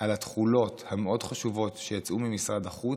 על התכולות המאוד חשובות שיצאו ממשרד החוץ,